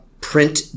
print